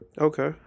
Okay